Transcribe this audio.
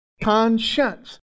Conscience